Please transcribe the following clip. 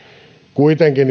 kuitenkin